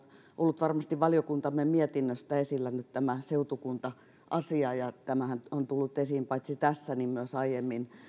ollut varmasti valiokuntamme mietinnöstä esillä nyt tämä seutukunta asia ja tämähän on tullut esiin paitsi tässä niin myös aiemmin